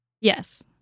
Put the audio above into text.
Yes